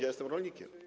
Ja jestem rolnikiem.